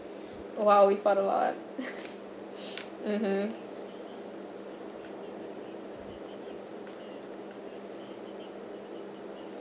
while we one mmhmm